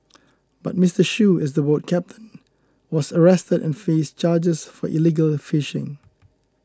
but Mister Shoo as the boat captain was arrested and faced charges for illegal fishing